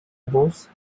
bows